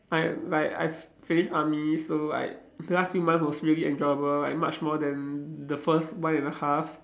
I have like I've finished army so like last few months was really enjoyable like much more than the first one and a half